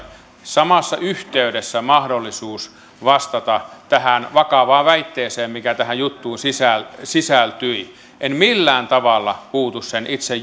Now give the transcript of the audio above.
samassa yhteydessä mahdollisuus vastata tähän vakavaan väitteeseen mikä tähän juttuun sisältyi sisältyi en millään tavalla puutu sen itse